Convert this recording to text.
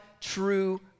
true